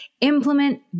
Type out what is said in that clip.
implement